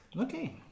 Okay